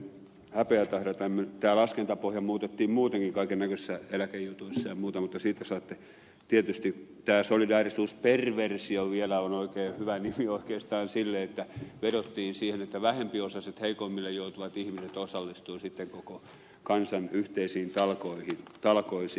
tämä laskentapohja muutettiin muutenkin kaikennäköisissä eläkejutuissa ja muuta mutta siitä saatte tietysti tämä solidaarisuusperversio vielä on oikein hyvä nimi oikeastaan sille että vedottiin siihen että vähempiosaiset heikoimmille joutuvat ihmiset osallistuivat sitten koko kansan yhteisiin talkoisiin